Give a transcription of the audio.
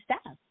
staff